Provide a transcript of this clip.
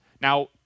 Now